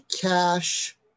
Cash